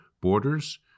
borders